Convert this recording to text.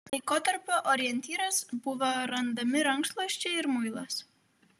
laikotarpio orientyras buvo randami rankšluosčiai ir muilas